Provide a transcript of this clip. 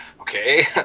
Okay